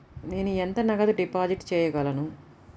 నేను ఎంత నగదు డిపాజిట్ చేయగలను?